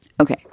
Okay